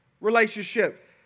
relationship